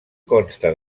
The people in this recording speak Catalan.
consta